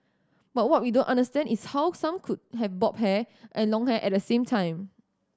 but what we don't understand is how some could have bob hair and long hair at the same time